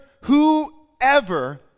whoever